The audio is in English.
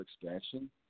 expansion